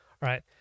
right